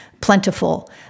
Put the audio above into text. plentiful